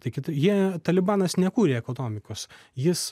tai kad jie talibanas nekūrė ekonomikos jis